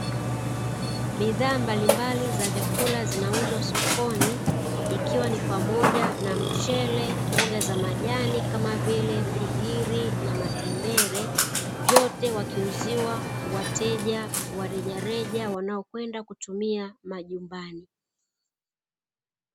Bidhaa mbalimbali za vyakula zinauzwa sokoni, ikiwa ni pamoja na mchele, mboga za majani, kama vile; figiri na matembere, vyote wakiuziwa wateja wa rejareja wanaokwenda kutumia majumbani.